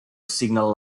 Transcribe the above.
signal